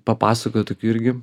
papasakojo tokių irgi